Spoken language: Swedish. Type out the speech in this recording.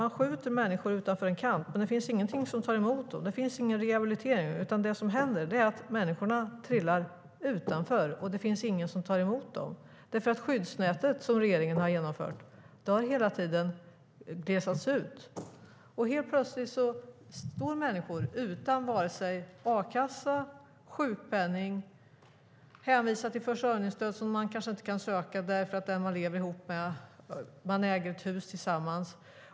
Man skjuter människor utanför en kant, men det finns ingenting som tar emot dem. Det finns ingen rehabilitering. Det som händer är att människor trillar utanför, och det finns ingen som tar emot dem eftersom skyddsnätet som regeringen har genomfört hela tiden har glesats ut. Helt plötsligt står människor utan vare sig a-kassa eller sjukpenning och är hänvisade till försörjningsstöd, som man kanske inte kan söka därför att man äger ett hus tillsammans med den som man lever ihop med.